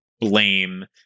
Blame